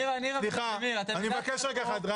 חבר הכנסת קרעי